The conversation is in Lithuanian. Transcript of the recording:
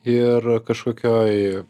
ir kažkokioj